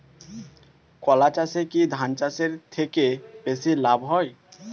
কলা চাষে কী ধান চাষের থেকে বেশী লাভ হয়?